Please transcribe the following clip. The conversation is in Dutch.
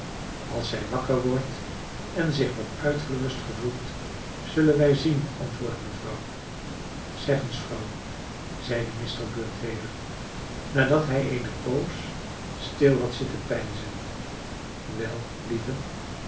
als zij wakker wordt en zich wat uitgerust gevoelt zullen wij zien antwoordde mevrouw zeg eens vrouw zeide mr bird weder nadat hij eene poos stil had zitten peinzen wel lieve